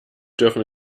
dürfen